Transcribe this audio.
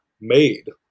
made